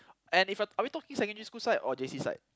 and if uh are we talking secondary school side or J_C side